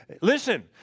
Listen